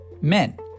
Men